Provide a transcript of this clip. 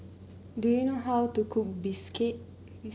do you know how to cook bistake